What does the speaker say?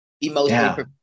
Emotionally